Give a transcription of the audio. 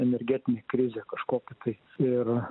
energetinė krizė kažkokia tai ir